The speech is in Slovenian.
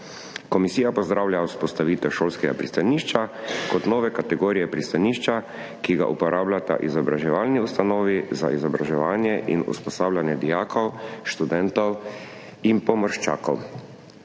Komisija pozdravlja vzpostavitev šolskega pristanišča kot nove kategorije pristanišča, ki ga uporabljata izobraževalni ustanovi za izobraževanje in usposabljanje dijakov, študentov in pomorščakov.